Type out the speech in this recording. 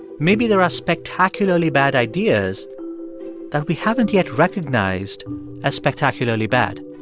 maybe there are spectacularly bad ideas that we haven't yet recognized as spectacularly bad